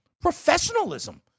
professionalism